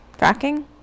fracking